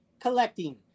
collecting